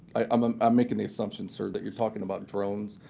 i'm um i'm making the assumption, sir, that you're talking about drones,